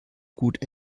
gut